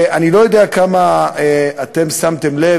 אני לא יודע כמה אתם שמתם לב,